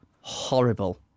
Horrible